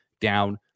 down